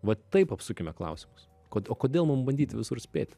vat taip apsukime klausimus ko o kodėl mum bandyti visur spėti